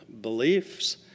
beliefs